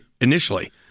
initially